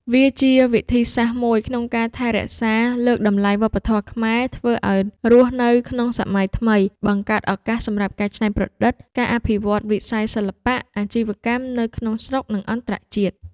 វាជាវិធីសាស្រ្តមួយក្នុងការថែរក្សា លើកតម្លៃវប្បធម៌ខ្មែរ ធ្វើឲ្យរស់នៅក្នុងសម័យថ្មី បង្កើតឱកាសសម្រាប់ការច្នៃប្រឌិត ការអភិវឌ្ឍវិស័យសិល្បៈ អាជីវកម្មនៅក្នុងស្រុក និងអន្តរជាតិ។